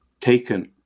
taken